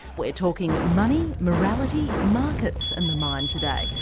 we're talking money, morality, markets and the mind today,